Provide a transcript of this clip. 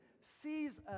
sees